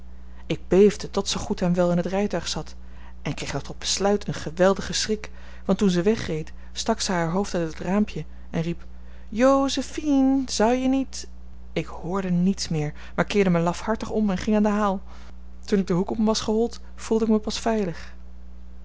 ik beefde tot ze goed en wel in het rijtuig zat en kreeg nog tot besluit een geweldigen schrik want toen zij wegreed stak ze haar hoofd uit het raampje en riep jose phine zou je niet ik hoorde niets meer maar keerde me lafhartig om en ging aan den haal toen ik den hoek om was gehold voelde ik me pas veilig